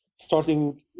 starting